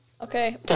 Okay